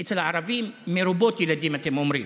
כי אצל הערבים, מרובות ילדים, אתם אומרים.